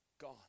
Gone